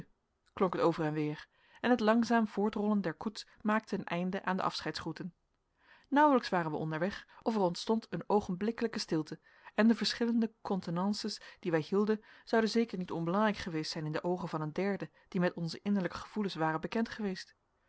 klonk het over en weer en het langzaam voortrollen der koets maakte een einde aan de afscheidsgroeten nauwelijks waren wij onderweg of er ontstond eene oogenblikkelijke stilte en de verschillende contenances die wij hielden zouden zeker niet onbelangrijk geweest zijn in de oogen van een derde die met onze innerlijke gevoelens ware bekend geweest